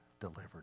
delivered